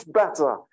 better